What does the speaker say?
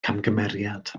camgymeriad